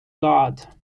guard